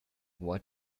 what